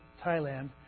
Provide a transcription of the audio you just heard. Thailand